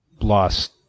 lost